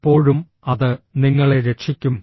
അപ്പോഴും അത് നിങ്ങളെ രക്ഷിക്കും